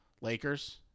Lakers